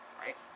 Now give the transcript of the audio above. Right